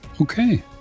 Okay